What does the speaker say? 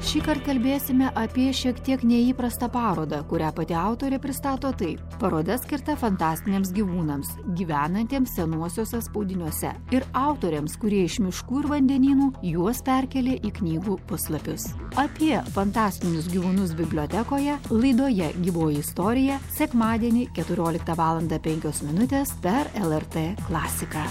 šįkart kalbėsime apie šiek tiek neįprastą parodą kurią pati autorė pristato taip paroda skirta fantastiniams gyvūnams gyvenantiems senuosiuose spaudiniuose ir autoriams kurie iš miškų ir vandenynų juos perkėlė į knygų puslapius apie fantastinius gyvūnus bibliotekoje laidoje gyvoji istorija sekmadienį keturioliktą valandą penkios minutės per lrt klasiką